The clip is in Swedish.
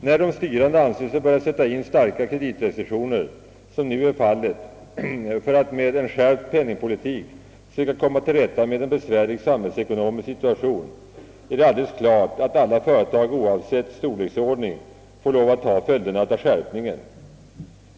När de styrande anser sig böra sätta in starka kreditrestriktioner, som nu är fallet, för att med skärpt penningpolitik söka komma till rätta med en svår samhällsekonomisk situation är det självklart att alla företag, oavsett storleksordning, får ta följderna därav.